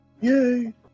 Yay